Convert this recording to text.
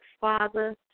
Father